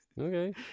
okay